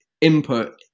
input